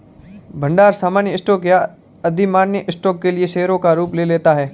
भंडार सामान्य स्टॉक या अधिमान्य स्टॉक के लिए शेयरों का रूप ले लेता है